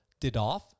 Didoff